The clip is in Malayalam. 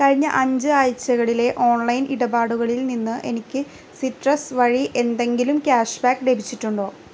കഴിഞ്ഞ അഞ്ച് ആഴ്ചകളിലെ ഓൺലൈൻ ഇടപാടുകളിൽ നിന്ന് എനിക്ക് സിട്രസ് വഴി എന്തെങ്കിലും ക്യാഷ്ബാക്ക് ലഭിച്ചിട്ടുണ്ടോ